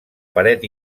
paret